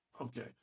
Okay